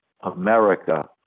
America